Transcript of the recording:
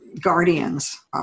guardians